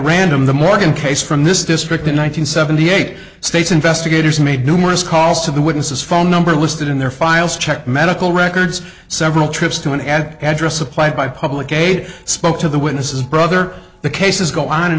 random the morgan case from this district in one nine hundred seventy eight states investigators made numerous calls to the witnesses phone number listed in their files check medical records several trips to an attic address supplied by public aid spoke to the witnesses brother the cases go on and